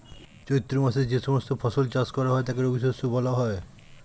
চৈত্র মাসে যে সমস্ত ফসল চাষ করা হয় তাকে রবিশস্য বলা হয়